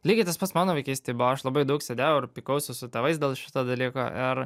lygiai tas pats mano vaikystėj buvo aš labai daug sėdėjau ir pykausi su tėvais dėl šito dalyko ir